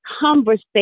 conversation